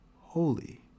holy